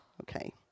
Okay